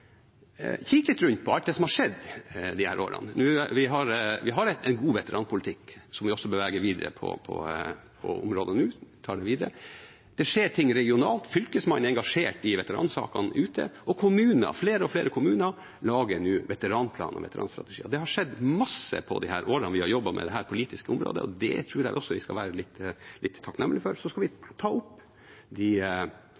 litt rundt på alt det som har skjedd disse årene. Vi har en god veteranpolitikk på dette området nå, som vi også tar videre. Det skjer ting regionalt: Fylkesmannen er engasjert i veteransakene ute, og flere og flere kommuner lager nå veteranplaner og veteranstrategier. Det har skjedd masse på de årene vi har jobbet med dette politiske området, og det tror jeg også vi skal være litt takknemlig for. Så skal